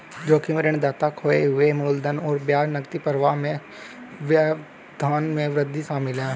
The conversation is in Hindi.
जोखिम ऋणदाता खोए हुए मूलधन और ब्याज नकदी प्रवाह में व्यवधान में वृद्धि शामिल है